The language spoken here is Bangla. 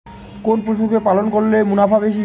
কোন পশু কে পালন করলে মুনাফা বেশি?